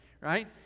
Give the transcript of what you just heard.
right